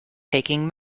taking